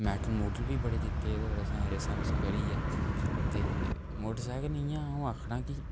medal मुडल बी बड़े जित्ते होर असें रेसां रुसां करियै ते मौटरसैकल इ'यां आ'ऊं आखनां कि